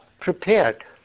prepared